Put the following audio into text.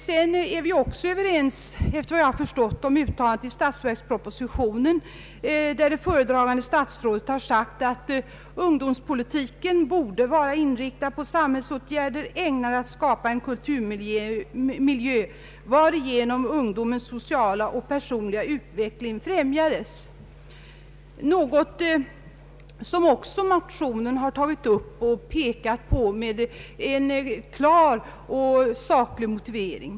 Såvitt jag har förstått är vi också överens om det uttalande i statsverkspropositionen där föredragande statsrådet säger: ”Ungdomspolitiken borde vara inriktad på samhällsåtgärder, ägnade att skapa en kulturmiljö, varigenom ungdomens sociala och personliga utveckling främjas.” Detta har också i motionen framhållits med en klar och saklig motivering.